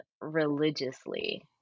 religiously